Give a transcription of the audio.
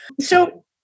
So-